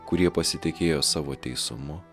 kurie pasitikėjo savo teisumu